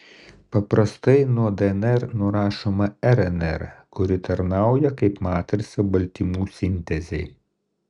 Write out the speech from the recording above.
paprastai nuo dnr nurašoma rnr kuri tarnauja kaip matrica baltymų sintezei